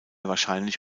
wahrscheinlich